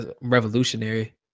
revolutionary